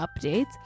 updates